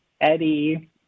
Eddie